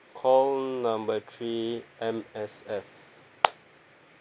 call number three M_S_F